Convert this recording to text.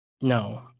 no